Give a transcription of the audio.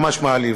ממש מעליב.